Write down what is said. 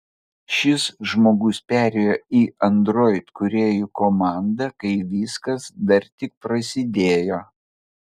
šis žmogus perėjo į android kūrėjų komandą kai viskas dar tik prasidėjo